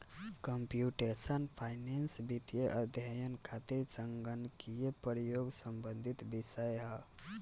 computational finance वित्तीय अध्ययन खातिर संगणकीय प्रयोग से संबंधित विषय ह